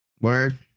Word